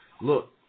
Look